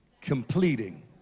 completing